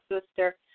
sister